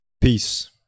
peace